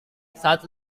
saat